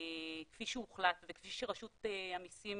כפי שהוחלט וכפי שרשות המסים